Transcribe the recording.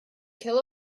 kill